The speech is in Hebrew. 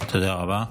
תודה רבה.